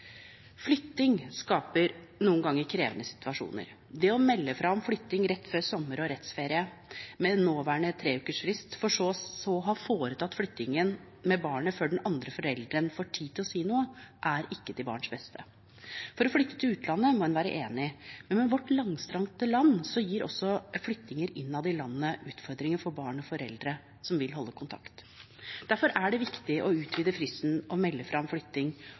Flytting skaper noen ganger krevende situasjoner. Det å melde fra om flytting rett før sommer- og rettsferie, med nåværende treukers frist, for så å ha foretatt flyttingen med barnet før den andre forelderen får tid til å si noe, er ikke til barns beste. For å flytte til utlandet må man være enige, men med vårt langstrakte land gir også flyttinger innenfor landet utfordringer for barn og foreldre som vil holde kontakt. Derfor er det viktig å utvide fristen for å melde fra om flytting